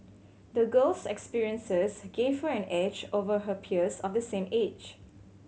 the girl's experiences give her an edge over her peers of the same age